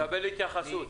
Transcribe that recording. תקבל התייחסות.